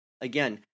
Again